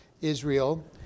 Israel